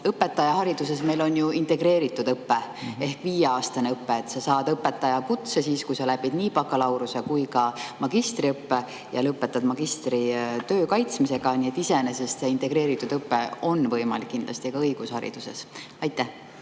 õpetajahariduses on ju integreeritud õpe ehk viieaastane õpe. Sa saad õpetajakutse siis, kui oled läbinud nii bakalaureuse- kui ka magistriõppe ja lõpetad magistritöö kaitsmisega. Iseenesest on integreeritud õpe võimalik kindlasti ka õigushariduses. Aitäh,